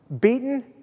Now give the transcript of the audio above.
beaten